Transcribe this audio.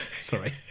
sorry